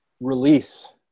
release